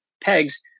pegs